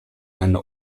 eine